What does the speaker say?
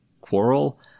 Quarrel